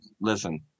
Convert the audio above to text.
listen